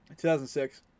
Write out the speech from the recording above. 2006